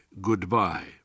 goodbye